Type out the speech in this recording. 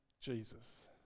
Jesus